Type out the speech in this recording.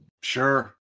Sure